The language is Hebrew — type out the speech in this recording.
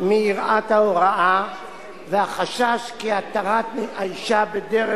מיראת ההוראה והחשש כי התרת האשה בדרך